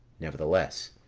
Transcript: nevertheless,